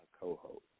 co-host